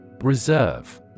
Reserve